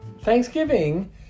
Thanksgiving